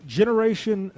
generation